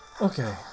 Okay